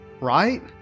right